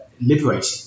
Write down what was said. liberating